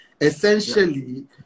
essentially